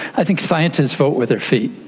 i think scientists vote with their feet,